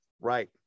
Right